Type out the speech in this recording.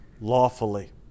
lawfully